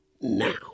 now